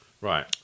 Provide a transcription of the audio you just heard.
Right